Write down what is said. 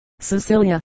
Cecilia